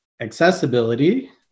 accessibility